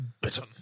bitten